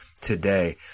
today